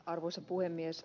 arvoisa puhemies